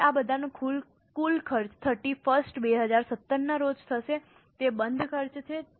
હવે આ બધાનો કુલ ખર્ચ થર્ટી ફર્સ્ટ 2017ના રોજ થશે તે બંધ ખર્ચ છે